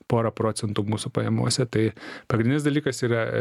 pora procentų mūsų pajamose tai pagrindinis dalykas yra